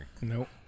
Nope